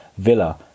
Villa